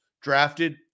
drafted